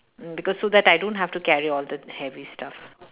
uh because so that I don't have to carry all the heavy stuff